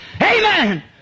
Amen